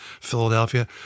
Philadelphia